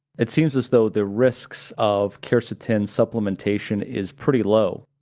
it seems as though the risks of quercetin supplementation is pretty low,